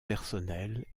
personnelle